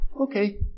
Okay